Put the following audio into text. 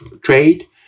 trade